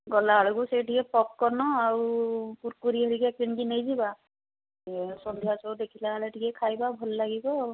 ଗଲାବେଳକୁ ସେ ଟିକେ ପପ୍କର୍ଣ୍ଣ୍ ଆଉ କୁରକୁରୀ ହେରିକା କିଣିକି ନେଇଯିବା ଏ ସନ୍ଧ୍ୟା ଶୋ ଦେଖିଲାବେଳେ ଟିକେ ଖାଇବା ଭଲ ଲାଗିବ ଆଉ